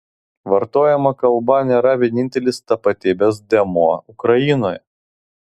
vartojama kalba nėra vienintelis tapatybės dėmuo ukrainoje